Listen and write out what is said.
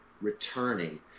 returning